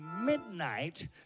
midnight